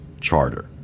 charter